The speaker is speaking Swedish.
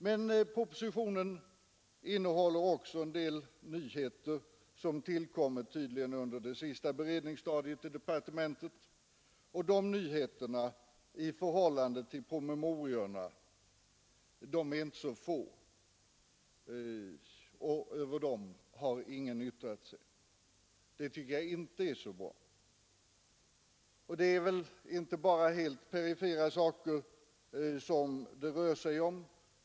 Men propositionen innehåller också nyheter som tydligen tillkommit under det sista beredningsstadiet i departementet. De nyheterna i förhållande till promemoriorna är inte så få, och över dem har ingen yttrat sig. Det tycker jag inte är så bra. Det är inte bara helt perifera saker som det rör sig om.